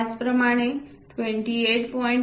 त्याचप्रमाणे 28